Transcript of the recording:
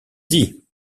dit